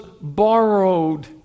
borrowed